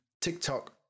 TikTok